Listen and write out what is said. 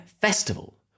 Festival